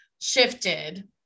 shifted